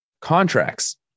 contracts